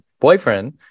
boyfriend